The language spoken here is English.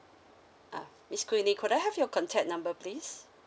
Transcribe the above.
uh it's queenie could I have your contact number please